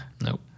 Nope